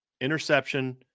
interception